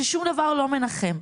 ששום דבר לא מנחם,